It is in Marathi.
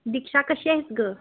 दीक्षा कशी आहेस गं